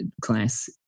class